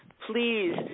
please